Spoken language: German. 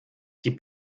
die